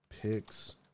picks